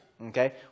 Okay